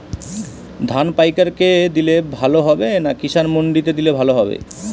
ধান পাইকার কে দিলে ভালো হবে না কিষান মন্ডিতে দিলে ভালো হবে?